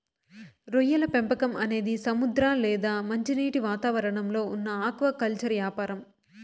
రొయ్యల పెంపకం అనేది సముద్ర లేదా మంచినీటి వాతావరణంలో ఉన్న ఆక్వాకల్చర్ యాపారం